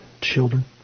Children